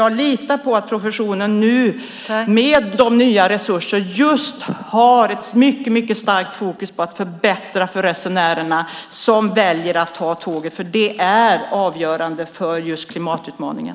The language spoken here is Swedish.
Jag litar på att professionen nu, med de nya resurserna, just har mycket starkt fokus på att förbättra för de resenärer som väljer att ta tåget, för det är avgörande för klimatutmaningen.